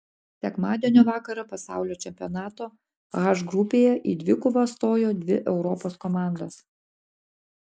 sekmadienio vakarą pasaulio čempionato h grupėje į dvikovą stojo dvi europos komandos